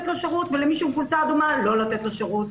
ולמי שעם חולצה אדומה לא לתת שירות,